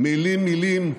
"מילים מילים,